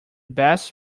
best